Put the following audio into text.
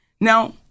Now